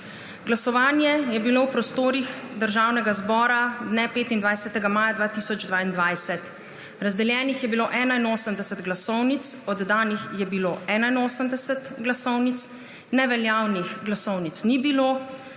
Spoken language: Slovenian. Glasovanje je bilo v prostorih Državnega zbora dne 25. maja 2022. Razdeljenih je bilo 81 glasovnic, oddanih je bilo 81 glasovnic, neveljavnih glasovnic ni bilo,